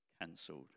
cancelled